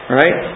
right